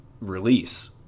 release